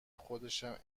خودشم